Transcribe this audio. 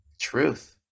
truth